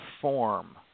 form